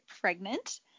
pregnant